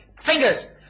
Fingers